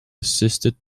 assisted